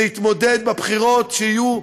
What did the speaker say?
שיתמודד בבחירות שיהיו,